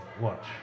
Watch